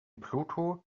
pluto